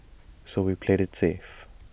so we played IT safe